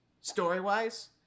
story-wise